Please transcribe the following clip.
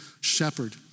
shepherd